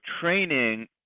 training